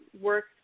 work